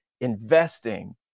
investing